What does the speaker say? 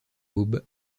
aube